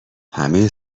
همه